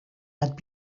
had